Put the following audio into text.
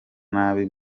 nabi